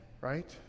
Right